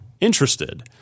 interested